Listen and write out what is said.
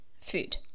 food